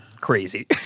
crazy